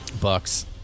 Bucks